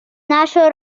нашу